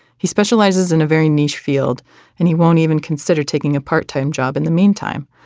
he specializes in a very niche field and he won't even consider taking a part time job in the meantime.